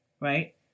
right